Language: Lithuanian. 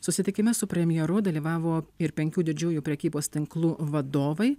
susitikime su premjeru dalyvavo ir penkių didžiųjų prekybos tinklų vadovai